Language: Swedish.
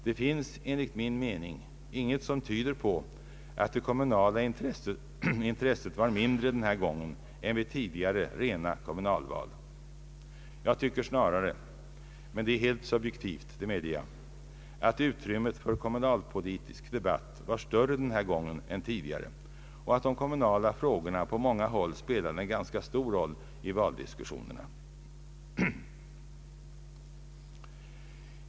Det finns enligt min mening intet som tyder på att det kommunala intresset var mindre denna gång än vid tidigare rena kommunalval. Jag tycker snarare — men det är helt subjektivt, det medger jag — att utrymmet för kommunalpolitisk debatt var större denna gång och att de kommunala frågorna på många håll spelade en ganska stor roll i valdiskussionerna.